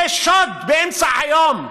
זה שוד באמצע היום.